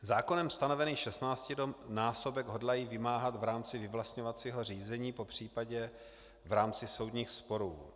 Zákonem stanovený šestnáctinásobek hodlají vymáhat v rámci vyvlastňovacího řízení, popřípadě v rámci soudních sporů.